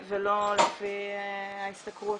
ולא לפי ההשתכרות,